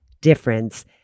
difference